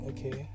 Okay